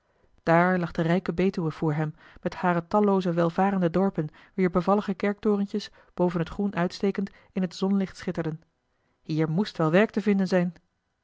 daar lag de rijke betuwe voor hem met hare tallooze welvarende dorpen wier bevallige kerktorentjes boven het groen uitstekend in het zonlicht schitterden hier moest wel werk te vinden zijn